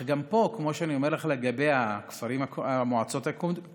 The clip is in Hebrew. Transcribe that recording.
גם פה, כמו שאני אומר לך לגבי המועצות הקודמות,